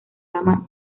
gama